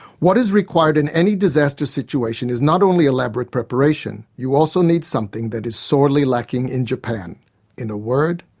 what is required in any disaster situation is not only elaborate preparation. you also need something that is sorely lacking in japan in a word,